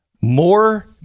More